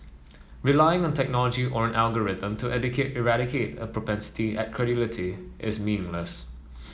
relying on technology or an algorithm to eradicate a propensity at credulity is meaningless